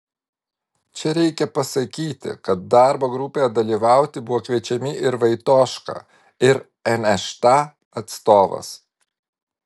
čia reikia pasakyti kad darbo grupėje dalyvauti buvo kviečiami ir vaitoška ir nšta atstovas